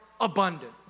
abundant